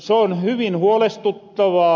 soon hyvin huolestuttavaa